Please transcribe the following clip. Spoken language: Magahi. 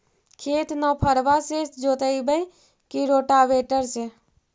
खेत नौफरबा से जोतइबै की रोटावेटर से?